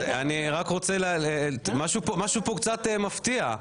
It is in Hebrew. משהו פה קצת מפתיע.